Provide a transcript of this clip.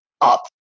up